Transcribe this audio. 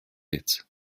hits